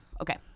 Okay